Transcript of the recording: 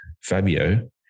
Fabio